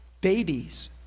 Babies